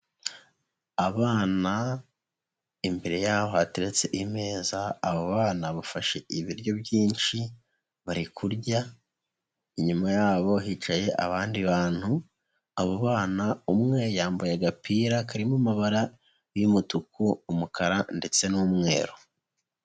Abana imbere yabo hateretse imeza, abo bana bafashe ibiryo byinshi bari kurya, inyuma yabo hicaye abandi bantu, abo abana umwe yambaye agapira karimo amabara y'umutuku, umukara ndetse n'umweru.